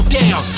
down